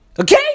Okay